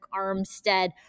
Armstead